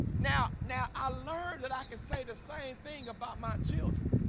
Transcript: now now i learned that i can say the same thing about my children.